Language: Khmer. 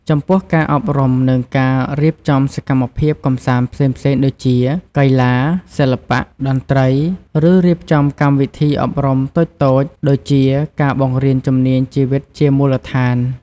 ចំពោះការអប់រំនិងការរៀបចំសកម្មភាពកម្សាន្តផ្សេងៗដូចជា កីឡា សិល្បៈ តន្ត្រី ឬរៀបចំកម្មវិធីអប់រំតូចៗដូចជា ការបង្រៀនជំនាញជីវិតជាមូលដ្ឋាន ។